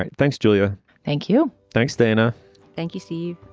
like thanks, julia. thank you. thanks, dana thank you, steve.